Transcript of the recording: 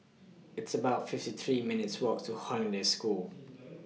It's about fifty three minutes' Walk to Hollandse School